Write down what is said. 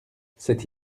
c’est